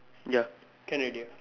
ya can already ah